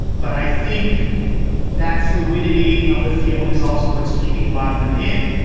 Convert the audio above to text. but i think that fluidity of the field is also what's keeping a lot of them in.